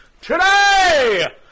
today